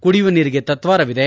ಕುಡಿಯುವ ನೀರಿಗೆ ತತ್ವಾರವಿದೆ